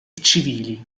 civili